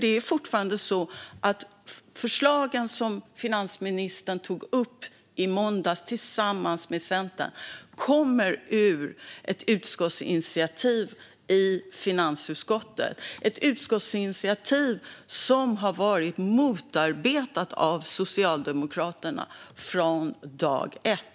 Det är fortfarande så att de förslag som finansministern tog upp tillsammans med Centern i måndags kommer ur ett förslag till utskottsinitiativ i finansutskottet, och det är ett utskottsinitiativ som har varit motarbetat av Socialdemokraterna från dag ett.